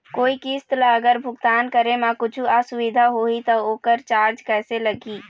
कोई किस्त ला अगर भुगतान करे म कुछू असुविधा होही त ओकर चार्ज कैसे लगी?